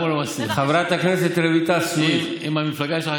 רויטל סויד.